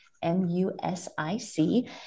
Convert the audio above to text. M-U-S-I-C